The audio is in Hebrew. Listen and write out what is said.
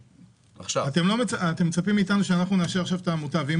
אתם מצפים מאיתנו שנאשר את העמותה ואם